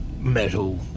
metal